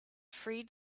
freed